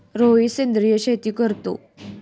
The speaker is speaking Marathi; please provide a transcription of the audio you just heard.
रोहित सेंद्रिय शेती करतो